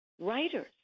writers